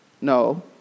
No